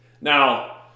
Now